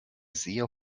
sehr